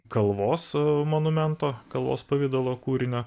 kalvos monumento kalvos pavidalu kūrinio